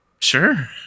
sure